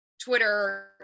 Twitter